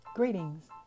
Greetings